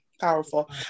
powerful